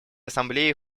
ассамблеей